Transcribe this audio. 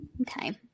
Okay